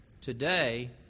today